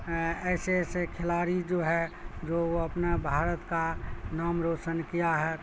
ایسے ایسے کھلاڑی جو ہے جو وہ اپنا بھارت کا نام روشن کیا ہے